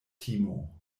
timo